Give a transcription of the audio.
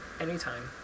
anytime